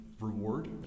reward